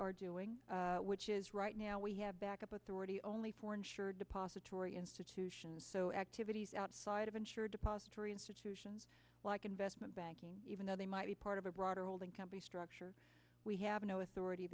are doing which is right now we have backup authority only for insured depository institutions so activities outside of insured depository institutions like investment banking even though they might be part of a broader holding company structure we have no authority